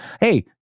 hey